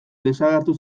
desagertu